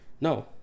No